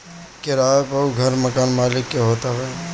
किराए पअ घर मकान मलिक के होत हवे